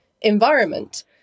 environment